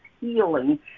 healing